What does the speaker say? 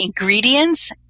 ingredients